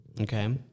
Okay